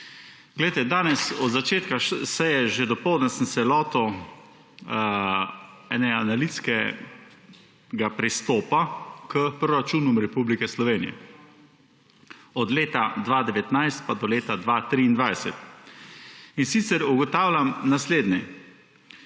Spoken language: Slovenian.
naslednje. Danes od začetka seja že dopoldne sem se lotil ene analitskega pristopa k Proračuna Republike Slovenije od leta 2019 pa do leta 2023. In sicer ugotavljam naslednje.